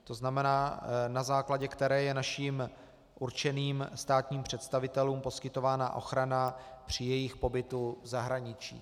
To znamená, na základě které je našim určeným státním představitelům poskytována ochrana při jejich pobytu v zahraničí.